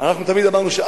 אנחנו תמיד אמרנו,